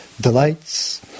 delights